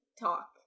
talk